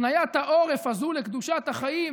הפניית העורף הזו לקדושת החיים,